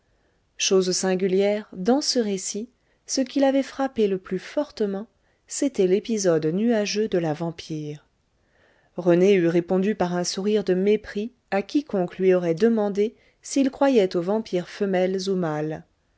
chose singulière dans ce récit ce qui l'avait frappé le plus fortement c'était l'épisode nuageux de la vampire rené eût répondu par un sourire de mépris à quiconque lui aurait demandé s'il croyait aux vampires femelles ou